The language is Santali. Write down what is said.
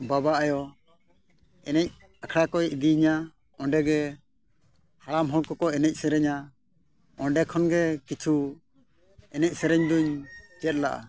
ᱵᱟᱵᱟᱼᱟᱭᱳ ᱮᱱᱮᱡ ᱟᱠᱷᱲᱟ ᱠᱚᱭ ᱤᱫᱤᱧᱟ ᱚᱸᱰᱮᱜᱮ ᱦᱟᱲᱟᱢ ᱦᱚᱲ ᱠᱚᱠᱚ ᱮᱱᱮᱡ ᱥᱮᱨᱮᱧᱟ ᱚᱸᱰᱮ ᱠᱷᱚᱱ ᱜᱮ ᱠᱤᱪᱷᱩ ᱮᱱᱮᱡ ᱥᱮᱨᱮᱧ ᱫᱚᱧ ᱪᱮᱫ ᱞᱮᱜᱼᱟ